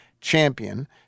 champion